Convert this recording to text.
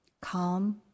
calm